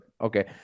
Okay